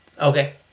Okay